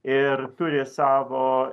ir turi savo